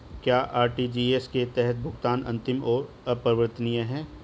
क्या आर.टी.जी.एस के तहत भुगतान अंतिम और अपरिवर्तनीय है?